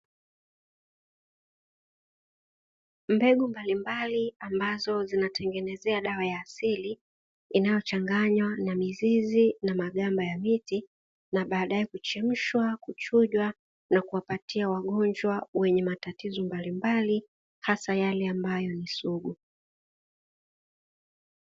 Mbegu mbalimbali ambazo zinatengeza dawa za asili inayochanganywa na mizizi na maganda ya miti. Baadae huchemshwa na kuchujwa na kuwapatia wagonjwa wenye magonjwa mbalimbali hasa yale sugu.